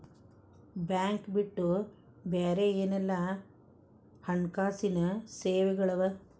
Bank ಬಿಟ್ಟು ಬ್ಯಾರೆ ಏನೆಲ್ಲಾ ಹಣ್ಕಾಸಿನ್ ಸೆವೆಗಳವ?